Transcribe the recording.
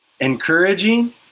encouraging